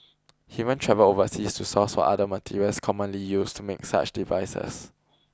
he even travelled overseas to source for other materials commonly used to make such devices